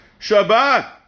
Shabbat